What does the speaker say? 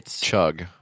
chug